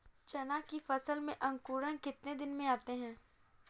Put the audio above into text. चना की फसल में अंकुरण कितने दिन में आते हैं?